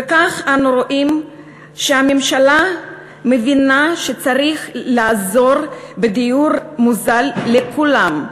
וכך אנו רואים שהממשלה מבינה שצריך לעזור בדיור מוזל לכולם,